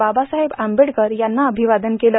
बाबासाहेब आंबेडकर यांना अभिवादन केलं